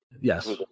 Yes